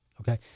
okay